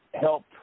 help